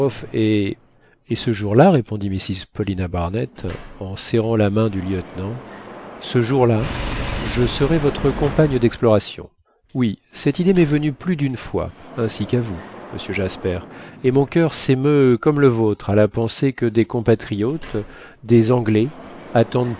et et ce jour-là répondit mrs paulina barnett en serrant la main du lieutenant ce jour-là je serai votre compagne d'exploration oui cette idée m'est venue plus d'une fois ainsi qu'à vous monsieur jasper et mon coeur s'émeut comme le vôtre à la pensée que des compatriotes des anglais attendent